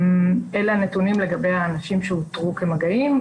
אלה הנתונים לגבי האנשים שאותרו כמגעים.